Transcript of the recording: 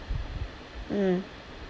mm